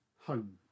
home